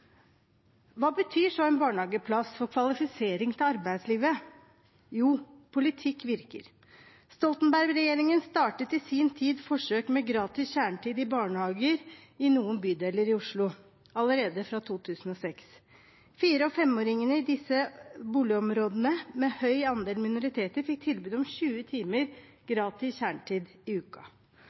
Hva betyr så en barnehageplass for kvalifisering til arbeidslivet? Jo, politikk virker: Stoltenberg-regjeringen startet i sin tid forsøk med gratis kjernetid i barnehager i noen bydeler i Oslo allerede fra 2006. Fire- og femåringene i disse boligområdene med høy andel minoriteter fikk tilbud om 20 timer gratis kjernetid i uka.